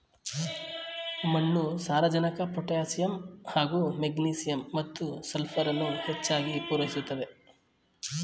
ಮಣ್ಣು ಸಾರಜನಕ ಪೊಟ್ಯಾಸಿಯಮ್ ಹಾಗೂ ಮೆಗ್ನೀಸಿಯಮ್ ಮತ್ತು ಸಲ್ಫರನ್ನು ಹೆಚ್ಚಾಗ್ ಪೂರೈಸುತ್ತೆ